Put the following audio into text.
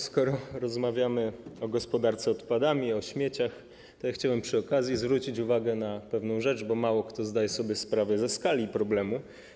Skoro rozmawiamy o gospodarce odpadami i o śmieciach, to chciałbym przy okazji zwrócić uwagę na pewną rzecz, bo mało kto zdaje sobie sprawę ze skali problemu.